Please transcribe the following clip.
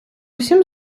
усім